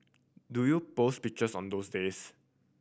do you post pictures on those days